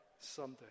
someday